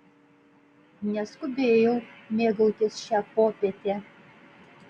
neskubėjau mėgautis šia popiete